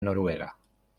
noruega